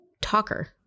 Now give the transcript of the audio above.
talker